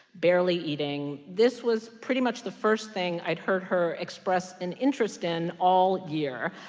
barely eating. this was pretty much the first thing i'd heard her express an interest in all year.